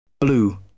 Blue